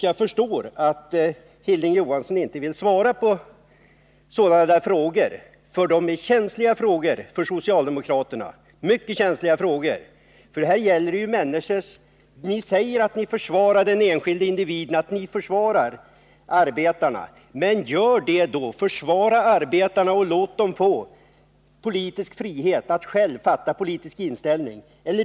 Jag förstår att Hilding Johansson inte vill svara på sådana här frågor, eftersom de är mycket känsliga för socialdemokraterna. Ni säger att ni försvarar den enskilde individen, ni försvarar arbetarna, men gör det då också i praktiken! Försvara arbetarna och låt dem få frihet att själva ta politisk ställning!